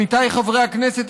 עמיתיי חברי הכנסת,